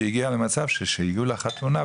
שהיא הגיעה למצב שכשהגיעו לחתונה,